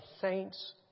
saints